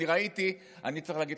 אני ראיתי, אני צריך להגיד לך משהו.